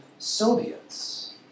Soviets